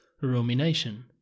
rumination